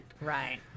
Right